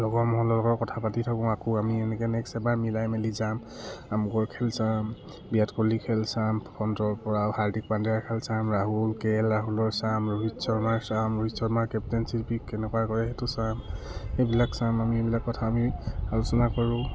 লগৰ মহ লগৰ কথা পাতি থাকোঁ আকৌ আমি এনেকে নেক্সট এবাৰ মিলাই মেলি যাম আমুকৰ খেল চাম বিৰাট কোহলিৰ খেল চাম সন্তৰ পৰা হাৰ্দিক পাণ্ডেৰা খেল চাম ৰাহুল কে এল ৰাহুলৰ চাম ৰোহিত শৰ্মাৰ চাম ৰোহিত শৰ্মাৰ কেপ্টেনশ্বিপিক কেনেকুৱা কৰে সেইটো চাম সেইবিলাক চাম আমি এইবিলাক কথা আমি আলোচনা কৰোঁ